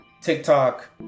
TikTok